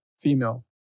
female